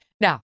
Now